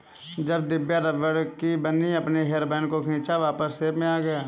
जब दिव्या रबड़ की बनी अपने हेयर बैंड को खींचा वापस शेप में आ गया